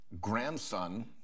grandson